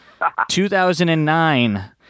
2009